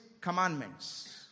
commandments